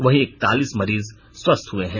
वहीं एकतालीस मरीज स्वस्थ हए हैं